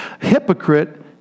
Hypocrite